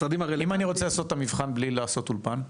--- אם אני רוצה לעשות את המבחן בלי לעשות אולפן?